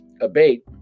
abate